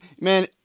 Man